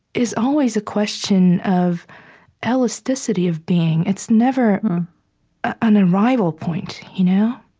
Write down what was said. is always a question of elasticity of being. it's never an arrival point, you know?